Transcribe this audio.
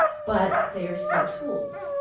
but they are still tools.